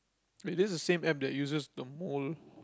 wait this is the same App that uses the mole